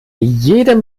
jedem